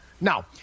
now